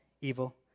evil